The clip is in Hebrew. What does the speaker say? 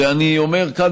ואני אומר כאן,